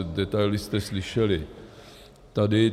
Detaily jste slyšeli tady.